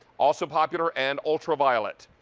also popular and ultraviolet.